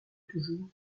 toujours